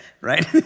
right